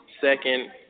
second